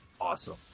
awesome